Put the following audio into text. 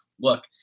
look